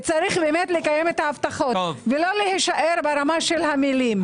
צריך באמת לקיים את ההבטחות ולא להישאר ברמה של המילים.